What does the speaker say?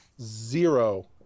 zero